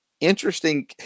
Interesting